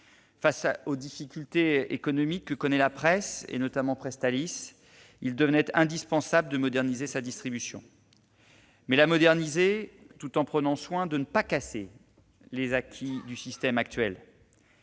Face aux difficultés économiques rencontrées par la presse- notamment Presstalis -, il devenait indispensable de moderniser sa distribution. Mais il fallait la moderniser, tout en prenant soin de ne pas casser les acquis du système actuel.